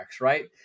right